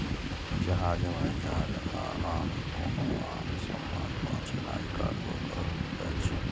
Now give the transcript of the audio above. जहाज, हवाई जहाज या आन कोनो वाहन सं माल पहुंचेनाय कार्गो कहल जाइ छै